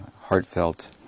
heartfelt